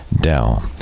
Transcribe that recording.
Dell